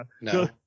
no